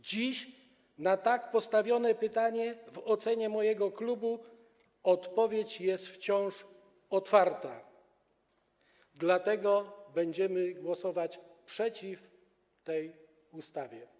Dziś na tak postawione pytanie, w ocenie mojego klubu, odpowiedź jest wciąż otwarta, dlatego będziemy głosować przeciw tej ustawie.